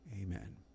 Amen